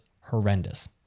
horrendous